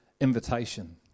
invitation